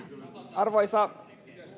arvoisa